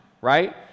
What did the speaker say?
right